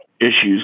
issues